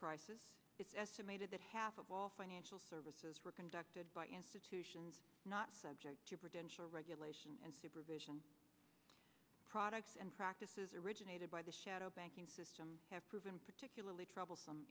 crisis it's estimated that half of all financial services were conducted by institutions not subject to prevention or regulation and supervision products and practices originated by the shadow banking system have proven particularly troublesome